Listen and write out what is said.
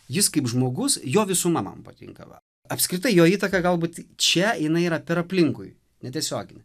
jis kaip žmogus jo visuma man patinka va apskritai jo įtaka galbūt čia jinai yra per aplinkui netiesioginė